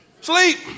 Sleep